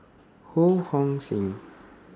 Ho Hong Sing